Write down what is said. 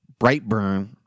Brightburn